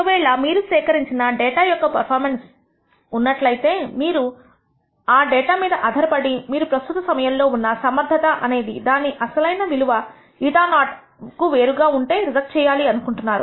ఒకవేళ మీకు సేకరించిన డేటా యొక్క పెర్ఫార్మన్స్ ఉన్నట్లయితే ఇప్పుడు మీరు ఆ డేటా మీద ఆధారపడి మీరు ప్రస్తుత సమయంలో ఉన్న సమర్ధత అనేది దాని అసలైన విలువ η0నకు వేరుగా ఉంటే రిజెక్ట్ చేయాలి అనుకుంటున్నారు